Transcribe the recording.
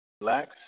Relax